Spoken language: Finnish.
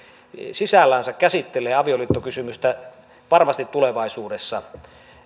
sisällänsä käsittelee avioliittokysymystä varmasti tulevaisuudessa